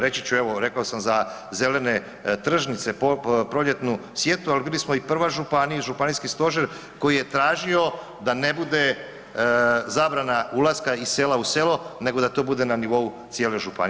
Reći ću, evo, rekao sam za zelene tržnice, proljetnu sjetvu, ali vidli smo i prva županija, županijski stožer koji je tražio da ne bude zabrana ulaska iz sela u selo nego da to bude na nivou cijele županije.